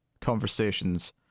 conversations